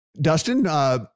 Dustin